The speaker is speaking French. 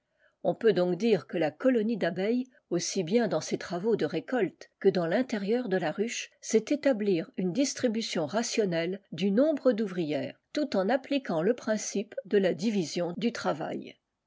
on peut donc direqueîa colonie d'abeilles aussi bien dans ses travaux de récolte que dans tintérieur de la ruche sait établir une distribution rationnelle du nombre d'ouvrières tout en appliquant le principe de la division du tra